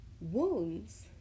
Wounds